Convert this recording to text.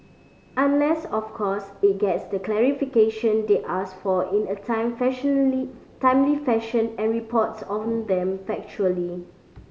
unless of course it gets the clarification they ask for in a time fashion timely fashion and reports on them factually